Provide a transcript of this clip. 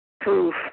proof